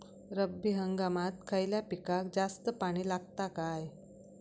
रब्बी हंगामात खयल्या पिकाक जास्त पाणी लागता काय?